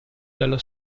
dallo